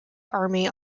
army